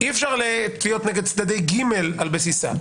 אי אפשר להיות נגד צדדי ג' על בסיסה.